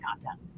content